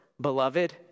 beloved